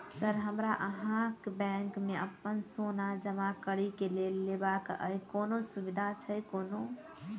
Sir हमरा अहाँक bank मे अप्पन सोना जमा करि केँ लोन लेबाक अई कोनो सुविधा छैय कोनो?